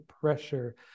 pressure